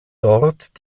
dort